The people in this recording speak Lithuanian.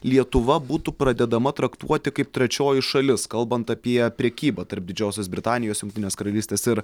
lietuva būtų pradedama traktuoti kaip trečioji šalis kalbant apie prekybą tarp didžiosios britanijos jungtinės karalystės ir